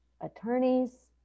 attorneys